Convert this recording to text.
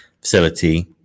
facility